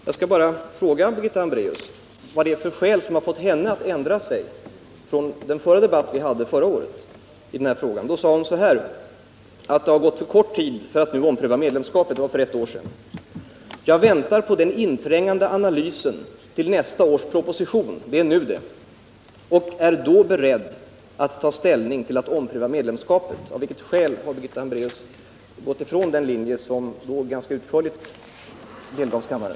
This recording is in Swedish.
Jag skall bara fråga Birgitta Hambraeus vad det är för skäl som har fått henne att ändra sig från den debatt i den här frågan som vi förde förra året. Då sade hon så här: Det har gått för kort tid för att nu ompröva medlemskapet. — Det var för ett år sedan. Jag väntar på den inträngande analysen till nästa års proposition — det är nu det — och är då beredd att ta ställning till att ompröva medlemskapet. Av vilket skäl har Birgitta Hambraeus gått ifrån den linje som då ganska utförligt delgavs kammaren?